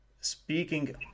speaking